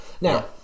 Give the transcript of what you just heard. Now